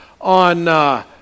on